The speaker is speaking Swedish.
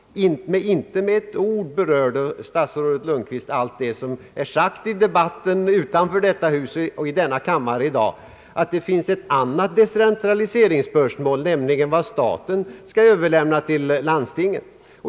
Inte med ett ord berörde statsrådet Lundkvist allt som sagts i debatten utanför detta hus och i denna kammare i dag om att det finns ett annat decentraliseringsspörsmål, nämligen vad staten skall överlämna till landstingen.